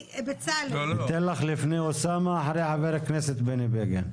ניתן לך לפני אוסאמה לפני ח"כ בני בגין.